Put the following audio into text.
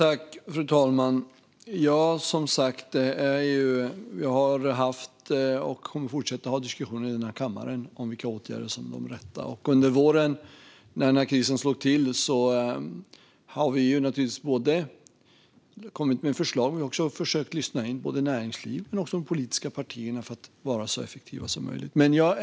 Fru talman! Vi har haft och kommer att fortsätta att ha diskussioner i den här kammaren om vilka åtgärder som är de rätta. När krisen slog till under våren kom vi med förslag, men vi försökte också lyssna in näringsliv och andra politiska partier för att bli så effektiva som möjligt.